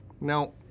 No